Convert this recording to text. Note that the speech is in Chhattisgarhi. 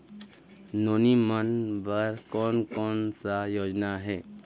नोनी मन बर कोन कोन स योजना हे?